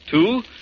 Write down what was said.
Two